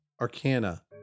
Arcana